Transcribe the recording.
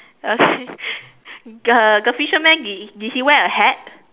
the the fisherman did did he wear a hat